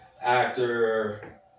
actor